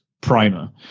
primer